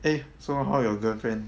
eh so how your girlfriend